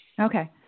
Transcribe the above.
Okay